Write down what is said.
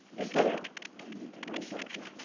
is there and you can research it?